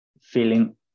feeling